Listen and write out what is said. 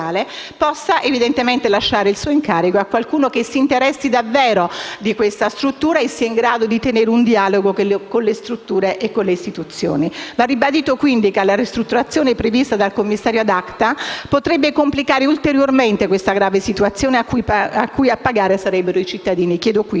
possa lasciare il suo incarico a qualcuno che si interessi davvero a questa struttura e sia in grado di tenere un dialogo con le strutture e le istituzioni. Va ribadito che la ristrutturazione prevista dal commissario *ad acta* potrebbe complicare ulteriormente questa grave situazione e a pagare sarebbero i cittadini. Per tali